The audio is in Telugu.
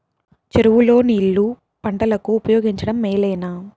చెరువు లో నీళ్లు పంటలకు ఉపయోగించడం మేలేనా?